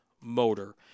motor